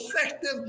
effective